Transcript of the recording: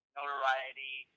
notoriety